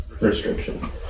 restriction